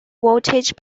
voltage